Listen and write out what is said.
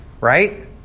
Right